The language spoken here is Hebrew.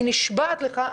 אני נשבעת לך,